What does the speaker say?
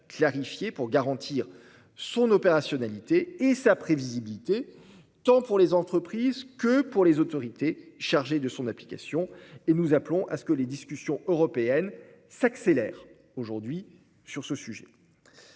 pour garantir son opérationnalité et sa prévisibilité, tant pour les entreprises que pour les autorités chargées de son application. Nous appelons à ce que les discussions européennes s'accélèrent aujourd'hui sur le sujet.